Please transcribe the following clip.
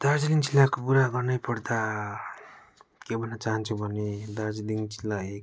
दार्जिलिङ जिल्लाको कुरा गर्नै पर्दा के भन्न चाहन्छु भने दार्जिलिङ जिल्ला एक